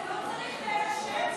לא צריך להירשם, הוא עוד